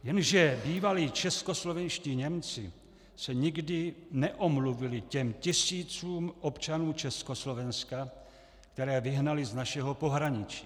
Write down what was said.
Jenže bývalí českoslovenští Němci se nikdy neomluvili těm tisícům občanů Československa, které vyhnali z našeho pohraničí.